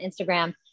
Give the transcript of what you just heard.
Instagram